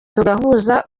tugahuza